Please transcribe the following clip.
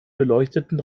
beleuchteten